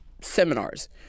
seminars